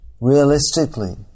realistically